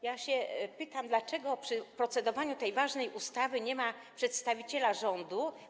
Ja się pytam, dlaczego przy procedowaniu nad tą ważną ustawą nie ma przedstawiciela rządu.